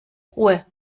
ruhe